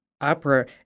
Opera